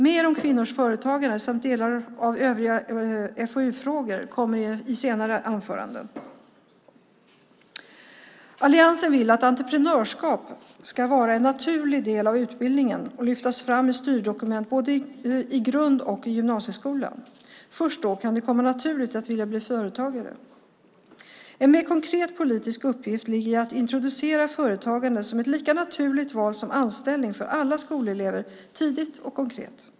Mer om kvinnors företagande samt delar av övriga FoU-frågor kommer i senare anföranden. Alliansen vill att entreprenörskap ska vara en naturlig del av utbildningen och lyftas fram i styrdokument i både grund och gymnasieskolan. Först då kan det komma naturligt att vilja bli företagare. En mer konkret politisk uppgift ligger i att introducera företagande som ett lika naturligt val som anställning för alla skolelever tidigt och konkret.